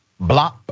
Blop